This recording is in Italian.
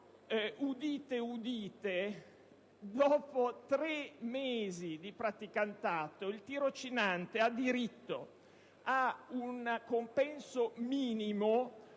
Regno Unito, dopo tre mesi di praticantato, il tirocinante ha diritto ad un compenso minimo